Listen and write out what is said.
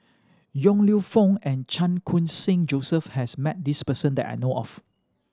Yong Lew Foong and Chan Khun Sing Joseph has met this person that I know of